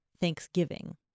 Thanksgiving